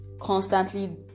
constantly